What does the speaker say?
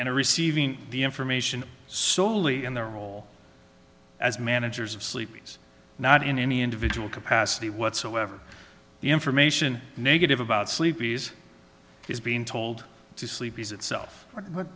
and are receiving the information solely in their role as managers of sleepy's not in any individual capacity whatsoever the information negative about sleepy's is being told to sleepy's itself